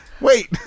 wait